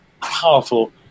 powerful